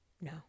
No